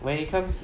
when it comes